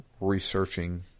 researching